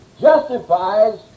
justifies